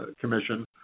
commission